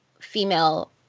female